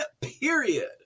period